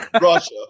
Russia